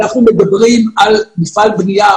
אנחנו מדברים על מפעל בנייה.